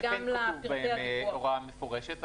וגם לפרטי --- אני מכיר דברי חקיקה אחרים שכן כתוב בהם הוראה מפורשת,